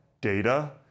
data